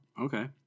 Okay